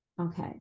Okay